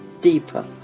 deeper